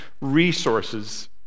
resources